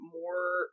more